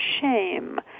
shame